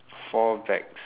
four bags